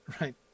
right